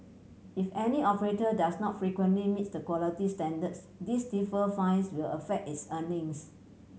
if any operator does not frequently meet the quality standards these stiffer fines will affect its earnings